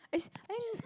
it's I mean